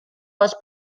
les